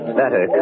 better